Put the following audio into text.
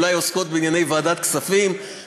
אולי עוסקות בענייני ועדת הכספים.